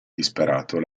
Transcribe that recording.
disperato